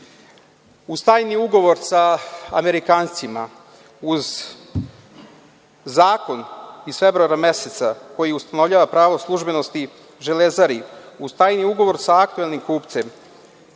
tajni ugovor sa Amerikancima, uz zakon iz februara meseca, koji ustanovljava pravo službenosti „Železari“, uz tajni ugovor sa aktuelnim kupcem,